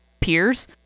peers